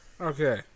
Okay